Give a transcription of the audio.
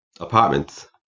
apartments